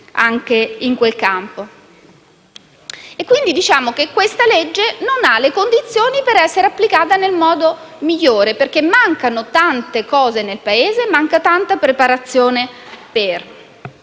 anche in quel campo). Questa legge quindi non ha le condizioni per essere applicata nel modo migliore, perché mancano tante cose nel Paese e manca tanta preparazione.